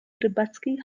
rybackiej